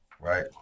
right